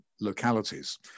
localities